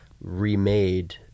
remade